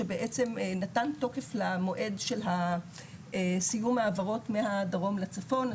שבעצם נתן תוקף למועד סיום ההעברות מהדרום לצפון,